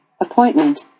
Appointment